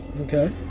Okay